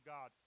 God